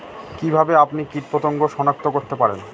কিভাবে আপনি কীটপতঙ্গ সনাক্ত করতে পারেন?